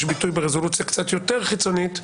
ביטוי ברזולוציה קצת יותר חיצונית,